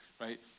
right